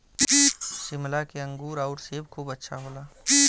शिमला के अंगूर आउर सेब खूब अच्छा होला